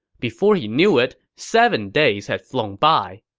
before he knew it, seven days had flown by.